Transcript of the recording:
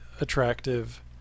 attractive